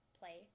play